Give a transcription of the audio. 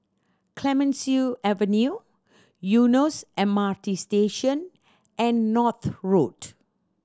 Clemenceau Avenue Eunos M R T Station and North Road